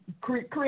create